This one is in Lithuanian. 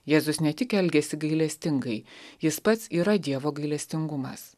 jėzus ne tik elgiasi gailestingai jis pats yra dievo gailestingumas